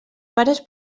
pares